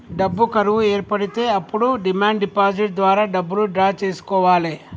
డబ్బు కరువు ఏర్పడితే అప్పుడు డిమాండ్ డిపాజిట్ ద్వారా డబ్బులు డ్రా చేసుకోవాలె